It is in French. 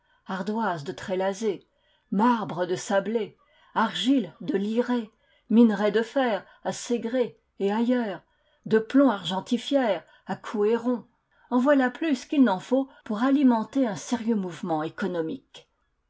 ardoises de trélazé marbres de sablé argiles de lire minerais de fer à segré et ailleurs de plomb argentifère à couéron en voilà plus qu'il n'en faut pour alimenter un sérieux mouvement économique